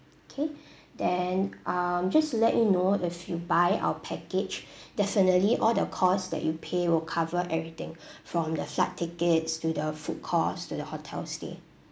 K then um just to let you know if you buy our package definitely all the costs that you pay will cover everything from the flight tickets to the food costs to the hotel stay